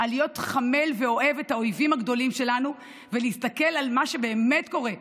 להיות חומל ואוהב לאויבים הגדולים שלנו ולהסתכל על מה שבאמת קורה,